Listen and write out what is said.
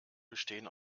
bestehen